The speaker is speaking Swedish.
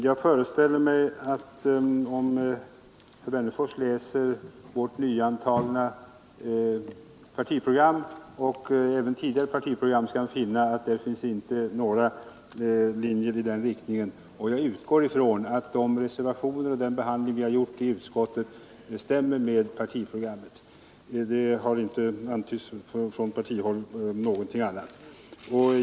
Jag föreställer mig att om herr Wennerfors läser vårt nyantagna partiprogram och även tidigare partiprogram skall han finna att där finns inte några linjer i den riktningen, Jag utgår från att de reservationer vi avgivit och behandlingen i övrigt i utskottet stämmer med partiprogrammet. Det har inte antytts någonting annat från partihåll.